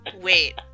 Wait